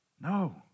No